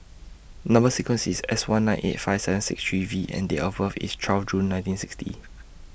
Number sequence IS S one nine eight five seven six three V and Date of birth IS twelve June nineteen sixty